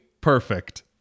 perfect